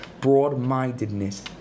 Broad-mindedness